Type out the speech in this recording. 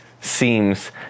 seems